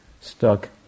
stuck